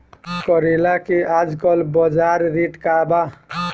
करेला के आजकल बजार रेट का बा?